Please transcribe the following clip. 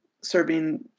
serving